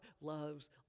loves